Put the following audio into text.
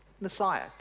Messiah